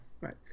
Right